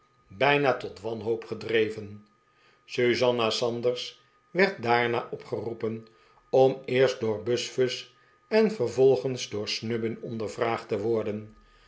bijna tot wanhoop gedreven susanna sanders werd daarna opgeroepen om eerst door buzfuz en vervolgens door snubbin ondervraagd te worden